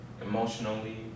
emotionally